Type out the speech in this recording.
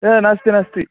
ये नास्ति नास्ति